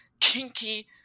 kinky